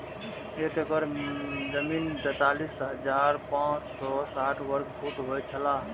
एक एकड़ जमीन तैंतालीस हजार पांच सौ साठ वर्ग फुट होय छला